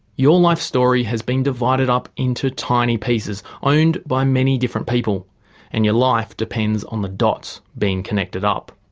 your life story has been divided up into tiny pieces owned by many different people and your life depends on the dots being connected up.